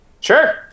Sure